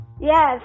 Yes